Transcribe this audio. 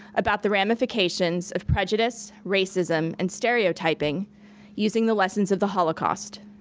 about the ramifications of prejudice, racism, and stereotyping using the lessons of the holocaust.